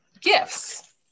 gifts